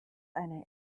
eine